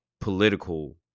political